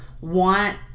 want